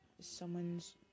someone's